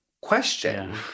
Question